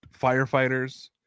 firefighters